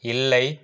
இல்லை